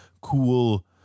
cool